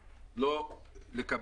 אפשר להתריע